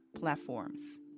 platforms